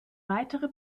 weitere